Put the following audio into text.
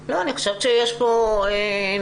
אני חושבת שיש פה נושא,